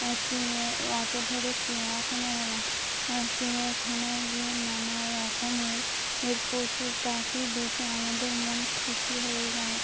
auto ধরে চিড়িয়াখানায় গেলাম চিড়িয়াখানায় গিয়ে নানা রকমের এর পশু পাখি দেখে আমাদের মন খুশি হয়ে গেল